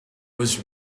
was